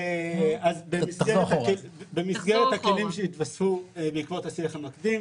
במסגרת הכלים שהתווספו בעקבות השיח המקדים,